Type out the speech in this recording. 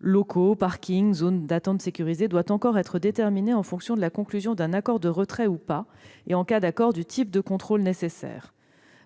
locaux, parkings et zones d'attente sécurisés -reste à déterminer et dépendra de la conclusion d'un accord de retrait ou pas, et, en cas d'accord, du type de contrôles qui seront nécessaires.